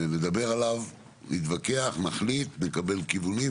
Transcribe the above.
נדבר עליו, נתווכח, נחליט, נקל כיוונים.